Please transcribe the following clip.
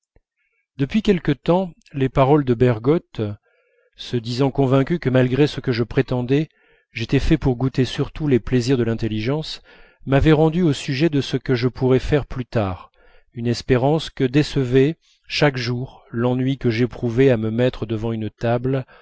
depuis quelque temps les paroles de bergotte se disant convaincu que malgré ce que je prétendais j'étais fait pour goûter surtout les plaisirs de l'intelligence m'avaient rendu au sujet de ce que je pourrais faire plus tard une espérance que décevait chaque jour l'ennui que j'éprouvais à me mettre devant une table